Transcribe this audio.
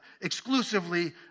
Exclusively